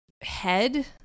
head